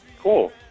Cool